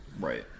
Right